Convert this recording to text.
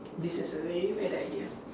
this is a very bad idea